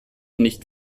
nicht